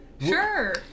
Sure